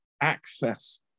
access